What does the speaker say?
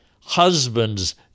husband's